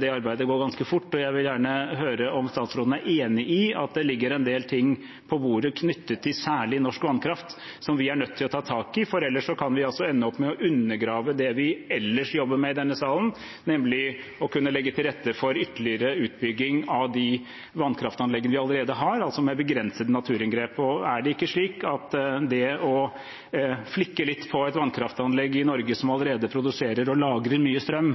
det arbeidet går ganske fort. Jeg vil gjerne høre om statsråden er enig i at det ligger en del ting på bordet knyttet særlig til norsk vannkraft, som vi er nødt til å ta tak i. Ellers kan vi ende opp med å undergrave det vi ellers jobber med i denne salen, nemlig å kunne legge til rette for ytterligere utbygging av de vannkraftanleggene vi allerede har, altså med begrensede naturinngrep. Er det ikke slik at det å flikke litt på et vannkraftanlegg i Norge, som allerede produserer og lagrer mye strøm,